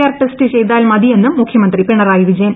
R test ചെയ്താൽ മതിയെന്നും മുഖ്യമന്ത്രി പിണറായി വിജയൻ